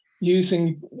using